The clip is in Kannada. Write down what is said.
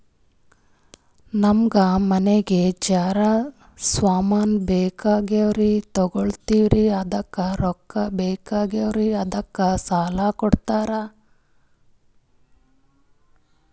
ನಮಗ ಮನಿಗಿ ಜರ ಸಾಮಾನ ಬೇಕಾಗ್ಯಾವ್ರೀ ತೊಗೊಲತ್ತೀವ್ರಿ ಅದಕ್ಕ ರೊಕ್ಕ ಬೆಕಾಗ್ಯಾವ ಅದಕ್ಕ ಸಾಲ ಕೊಡ್ತಾರ?